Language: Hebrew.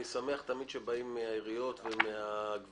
אני שמח תמיד שבאים מהעיריות ומהגבייה.